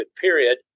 period